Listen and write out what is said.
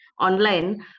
online